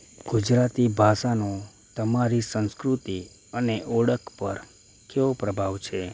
ગુજરાતી ભાષાનો તમરી સંસ્કૃતિ અને ઓળખ પર કેવો પ્રભાવ છે